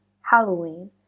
Halloween